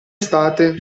state